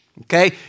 okay